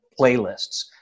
playlists